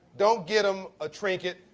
don't get them a trinket.